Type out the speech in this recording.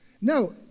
No